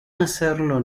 hacerlo